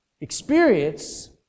experience